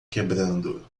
quebrando